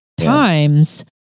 times